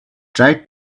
tried